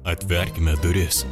atverkime duris